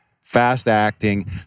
Fast-acting